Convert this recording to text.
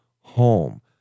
Home